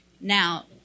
Now